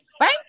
Right